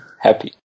Happy